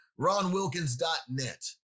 RonWilkins.net